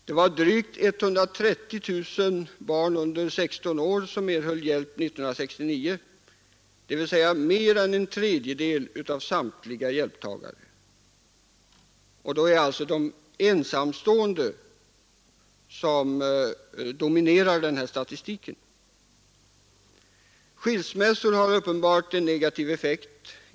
Det var drygt 130 000 barn under 16 år som erhöll hjälp 1969, dvs. mer än en tredjedel av samtliga hjälptagare, och då är det de ensamstående som dominerar den här statistiken. Skilsmässor har uppenbart en negativ effekt.